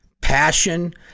passion